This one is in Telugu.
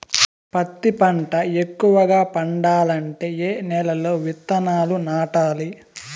పత్తి పంట ఎక్కువగా పండాలంటే ఏ నెల లో విత్తనాలు నాటాలి?